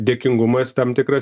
dėkingumas tam tikras